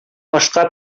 ашка